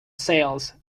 sales